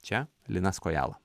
čia linas kojala